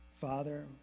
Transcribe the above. father